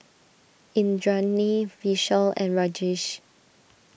Indranee Vishal and Rajesh